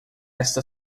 esta